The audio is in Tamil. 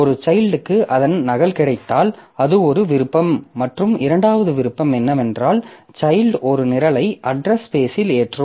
ஒரு சைல்ட்க்கு அதன் நகல் கிடைத்தால் அது ஒரு விருப்பம் மற்றும் இரண்டாவது விருப்பம் என்னவென்றால் சைல்ட் ஒரு நிரலை அட்ரஸ் ஸ்பேஷில் ஏற்றும்